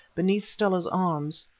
beneath stella's arms.